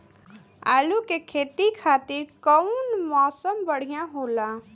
आलू के खेती खातिर कउन मौसम बढ़ियां होला?